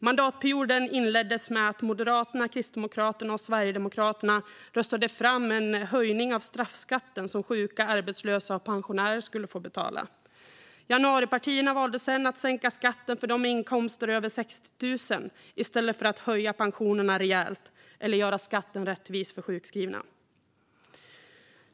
Mandatperioden inleddes med att Moderaterna, Kristdemokraterna och Sverigedemokraterna röstade fram en höjning av straffskatten som sjuka, arbetslösa och pensionärer skulle få betala. Januaripartierna valde sedan att sänka skatten för dem med inkomster över 60 000 i stället för att höja pensionerna rejält eller göra skatten rättvis för sjukskrivna.